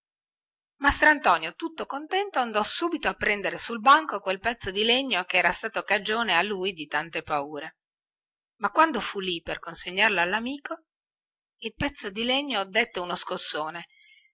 date mastrantonio tutto contento andò subito a prendere sul banco quel pezzo di legno che era stato cagione a lui di tante paure ma quando fu lì per consegnarlo allamico il pezzo di legno dette uno scossone